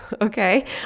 okay